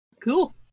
Cool